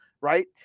right